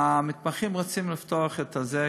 המתמחים רוצים לפתוח את זה.